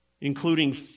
including